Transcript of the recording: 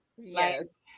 yes